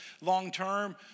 long-term